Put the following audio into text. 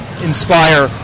inspire